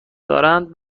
دارند